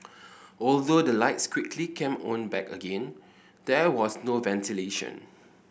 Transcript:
although the lights quickly came on back again there was no ventilation